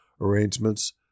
Arrangements